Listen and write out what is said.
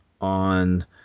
on